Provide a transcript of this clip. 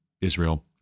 Israel